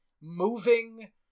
moving